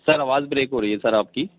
سر آواز بریک ہو رہی ہے سر آپ کی